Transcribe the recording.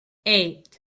eight